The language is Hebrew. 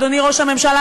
אדוני ראש הממשלה,